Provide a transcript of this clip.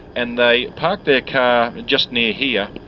and they parked their car just near here,